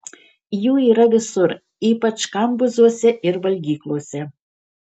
jų yra visur ypač kambuzuose ir valgyklose